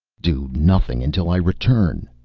do nothing until i return!